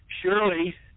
Surely